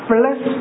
Plus